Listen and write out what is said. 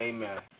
Amen